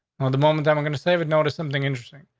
the moment i'm i'm going to save it noticed something interesting.